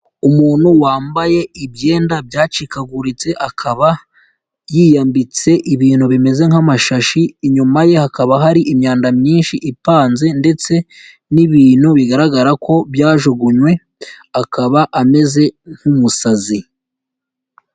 Umuntu wambaye ibyenda byacikaguritse, akaba yiyambitse ibintu bimeze nk'amashashi, inyuma ye hakaba hari imyanda myinshi ipanze ndetse n'ibintu bigaragara ko byajugunywe, akaba ameze nk'umusazi.